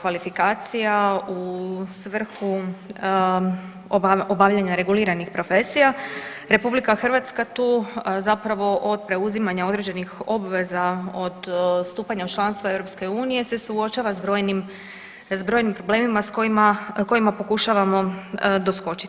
kvalifikacija u svrhu obavljanja reguliranih profesija RH tu zapravo od preuzimanja određenih obveza od stupanja u članstvo EU se suočava s brojnim, s brojim problemima s kojima, kojima pokušavamo doskočiti.